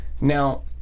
Now